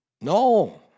No